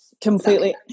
Completely